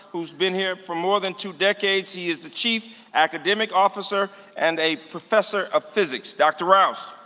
who's been here for more than two decades. he is the chief academic officer and a professor of physics. dr. rous.